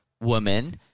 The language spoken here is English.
woman